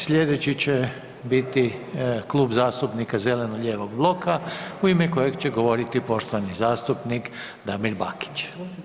Slijedeći će biti Klub zastupnika zeleno-lijevog bloka u ime kojeg će govoriti poštovani zastupnik Damir Bakić.